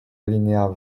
alinéas